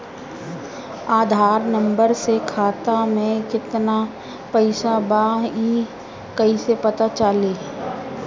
आधार number से खाता में केतना पईसा बा ई क्ईसे पता चलि?